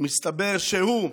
מסתבר שהוא,